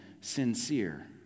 sincere